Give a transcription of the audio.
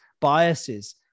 biases